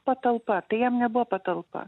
patalpa tai jam nebuvo patalpa